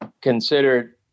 considered